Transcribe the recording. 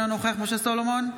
אינו נוכח משה סולומון,